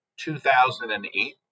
2008